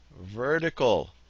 Vertical